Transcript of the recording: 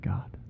God